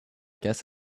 guess